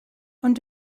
ond